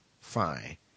fine